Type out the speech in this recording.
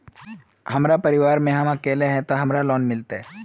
हम परिवार में हम अकेले है ते हमरा लोन मिलते?